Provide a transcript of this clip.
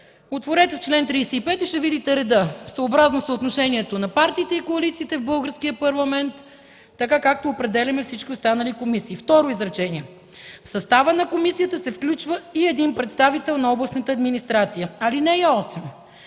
Отворете чл. 35 и ще видите редът – съобразно „съотношението на партиите и коалициите от партии” в Българския парламент, така както определяме всички останали комисии. Второ изречение – в състава на комисията се включва и един представител на областната администрация. Алинея 8